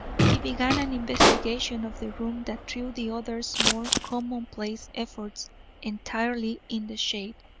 he began an investigation of the room that threw the other's more commonplace efforts entirely in the shade.